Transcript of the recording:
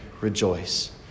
rejoice